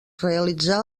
realitzà